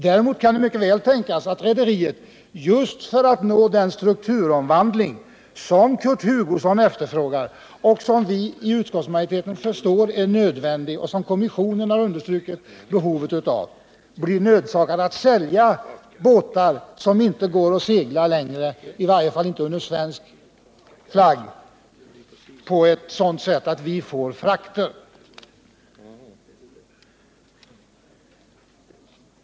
Däremot kan det mycket väl tänkas att rederiet just för att nå den strukturomvandling som Kurt Hugosson efterfrågar, som vi i utskottsmajoriteten förstår är nödvändig och som kommissionen har understrukit behovet av, blir nödsakat att sälja båtar som inte går att segla längre, i varje fall inte under svensk flagg, på ett sådant sätt att vi får frakter.